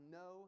no